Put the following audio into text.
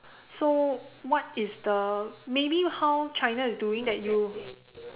so what is the maybe how China is doing that you